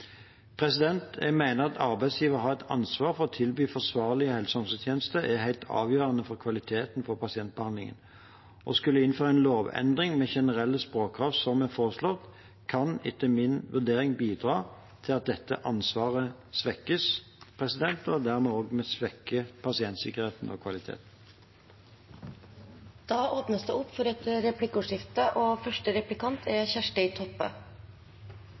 Jeg mener at arbeidsgivers ansvar for å tilby forsvarlige helse- og omsorgstjenester er helt avgjørende for kvaliteten på pasientbehandlingen. Å skulle innføre en lovendring med generelle språkkrav, som foreslått, kan etter min vurdering bidra til at dette ansvaret svekkes, og at vi dermed også svekker pasientsikkerheten og kvaliteten. Det blir replikkordskifte. Eg ser at Legeforeningen i sitt høyringsinnspel ber om at det